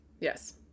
Yes